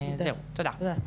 זהו תודה.